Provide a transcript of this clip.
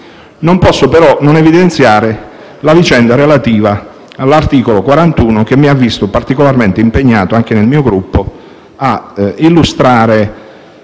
Non posso, però, non evidenziare la vicenda relativa all’articolo 41, che mi ha visto particolarmente impegnato, anche all’interno del mio Gruppo, a illustrare